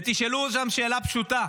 ותשאלו אותם שאלה פשוטה: